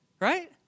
right